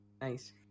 Nice